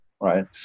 Right